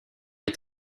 est